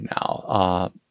now